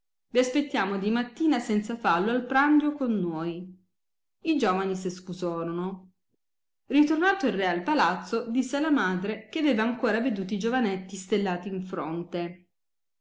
lo aspettiamo dimattina senza fallo al prandio con noi i giovani si escusorono ritornato il re al palazzo disse alla madre che aveva ancora veduti i giovanetti stellati in fronte